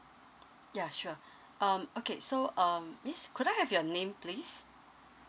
ya sure um okay so um miss could I have your name please